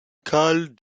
cal